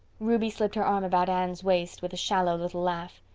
ruby slipped her arm about anne's waist with a shallow little laugh.